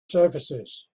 surfaces